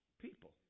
People